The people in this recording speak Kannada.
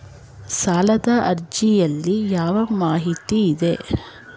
ಸಾಲದ ಅರ್ಜಿಯಲ್ಲಿ ಯಾವ ಮಾಹಿತಿ ಇದೆ?